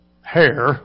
hair